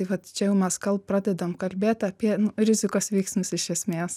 tai vat čia jau mes kalb pradedam kalbėt apie rizikos veiksnius iš esmės